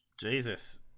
Jesus